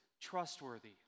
trustworthy